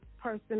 person